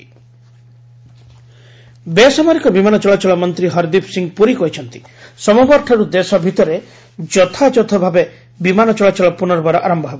flight operation ବେସାମରିକ ବିମାନ ଚଳାଚଳ ମନ୍ତ୍ରୀ ହରଦୀପ ସିଂହ ପୁରୀ କହିଛନ୍ତି ସୋମବାରଠାର୍ଚ ଦେଶ ଭିତରେ ଯଥାଯଥ ଭାବେ ବିମାନ ଚଳାଚଳ ପ୍ରନର୍ବାର ଆରମ୍ଭ ହେବ